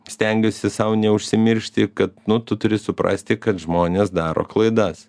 stengiuosi sau neužsimiršti kad nu tu turi suprasti kad žmonės daro klaidas